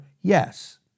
yes